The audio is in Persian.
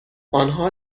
آنها